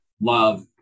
love